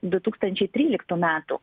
du tūkstančiai tryliktų metų